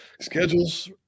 schedule's